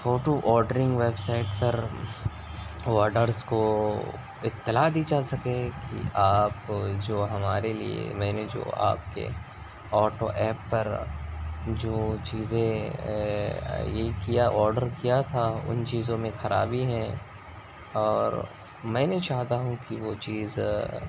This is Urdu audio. فوٹو آڈرنگ ویب سائٹ پر آڈرس کو اطلاع دی جا سکے کہ آپ جو ہمارے لیے میں نے جو آپ کے آٹو ایپ پر جو چیزیں یہ کیا آڈر کیا تھا ان چیزوں میں خرابی ہے اور میں نہیں چاہتا ہوں کہ وہ چیز